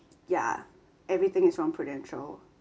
ya everything is from prudential